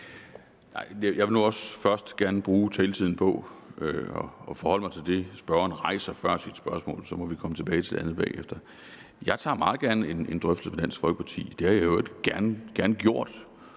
Jeg vil gerne først bruge taletiden på at forholde mig til det, spørgeren kom ind på, inden spørgsmålet blev stillet, og så må vi komme tilbage til det andet bagefter. Jeg tager meget gerne en drøftelse med Dansk Folkeparti. Det har jeg i øvrigt altid gerne gjort